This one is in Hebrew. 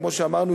כמו שאמרנו,